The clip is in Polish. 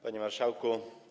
Panie Marszałku!